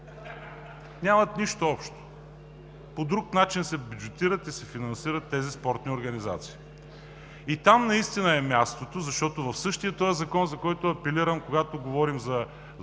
нямат нищо общо. По друг начин се бюджетират и се финансират тези спортни организации. Там наистина е мястото, защото в същия този закон, за който апелирам, когато говорим за